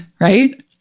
right